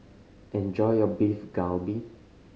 enjoy your Beef Galbi